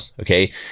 okay